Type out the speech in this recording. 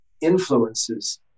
influences